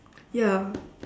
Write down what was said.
ya